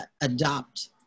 adopt